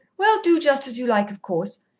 well, do just as you like, of course.